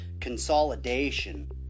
consolidation